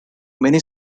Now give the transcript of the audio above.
many